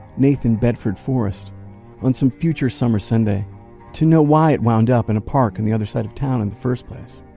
nathan bedford forrest on some future summer sunday to know why it wound up in a park on and the other side of town in the first place.